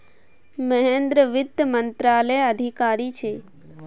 महेंद्र वित्त मंत्रालयत अधिकारी छे